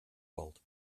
valt